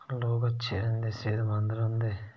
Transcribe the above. लोग अच्छे सेह्तमंद रौंह्दे